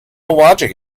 logic